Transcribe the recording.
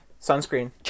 Sunscreen